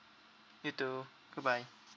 you too goodbye